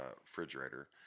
refrigerator